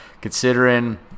considering